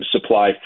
supply